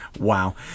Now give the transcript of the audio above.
Wow